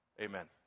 Amen